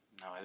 no